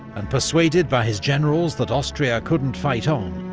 and persuaded by his generals that austria couldn't fight on,